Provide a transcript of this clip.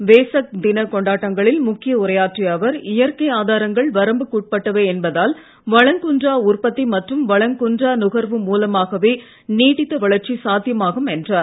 வேசக் தினக் கொண்டாட்டங்களில் முக்கிய உரையாற்றிய அவர் இயற்கை ஆதாரங்கள் வரம்புக்கு உட்பட்டவை என்பதால் வளங்குன்றா உற்பத்தி மற்றும் வளங்குன்றா நுகர்வு மூலமாகவே நீடித்த வளர்ச்சி சாத்தியமாகும் என்றார்